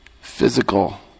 Physical